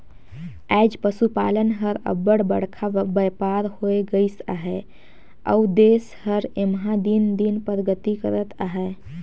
आएज पसुपालन हर अब्बड़ बड़खा बयपार होए गइस अहे अउ देस हर एम्हां दिन दिन परगति करत अहे